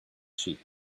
sheep